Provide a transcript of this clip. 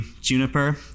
juniper